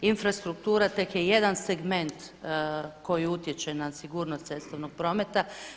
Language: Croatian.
Infrastruktura tek je jedan segment koji utječe na sigurnost cestovnog prometa.